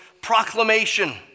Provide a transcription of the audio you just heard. proclamation